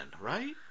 right